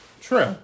True